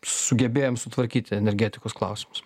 sugebėjom sutvarkyti energetikos klausimus